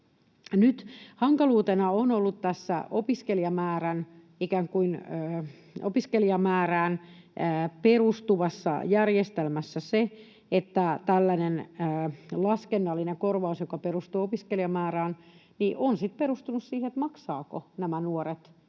hankaluutena on ollut tässä ikään kuin opiskelijamäärään perustuvassa järjestelmässä se, että tällainen laskennallinen korvaus, joka perustuu opiskelijamäärään, on perustunut siihen, maksavatko nämä nuoret